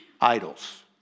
Idols